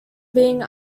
being